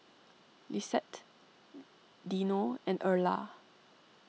Lissette Dino and Erla